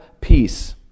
peace